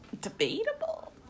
Debatable